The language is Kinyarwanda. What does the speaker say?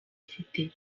ufite